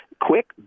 quick